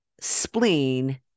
spleen